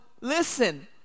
listen